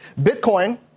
Bitcoin